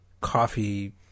coffee